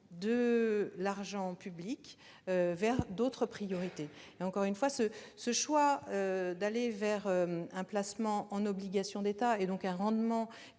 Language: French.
de l'argent public vers d'autres priorités. Encore une fois, ce choix d'un placement en obligations d'État, donc d'un rendement